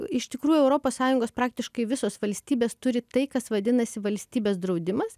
iš tikrųjų europos sąjungos praktiškai visos valstybės turi tai kas vadinasi valstybės draudimas